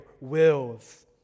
wills